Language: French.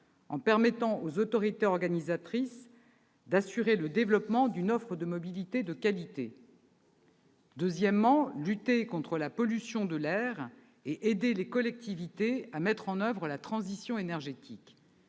en permettant aux autorités organisatrices d'assurer le développement d'une offre de mobilités de qualité. Deuxièmement, il est nécessaire de lutter contre la pollution de l'air et d'aider les collectivités à mettre en oeuvre la transition énergétique,